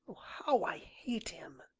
how i hate him!